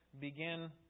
begin